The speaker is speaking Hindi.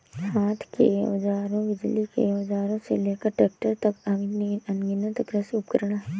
हाथ के औजारों, बिजली के औजारों से लेकर ट्रैक्टरों तक, अनगिनत कृषि उपकरण हैं